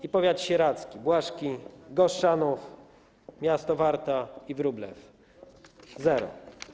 I powiat sieradzki: Błaszki, Goszczanów, miasto Warta i Wróblew - zero.